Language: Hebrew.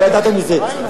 לא ידעת מזה,